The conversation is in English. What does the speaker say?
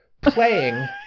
playing